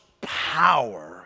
power